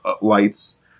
lights